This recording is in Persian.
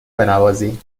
بنوازی